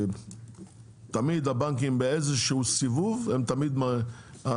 תמיד הבנקים באיזה שהוא סיבוב כמעט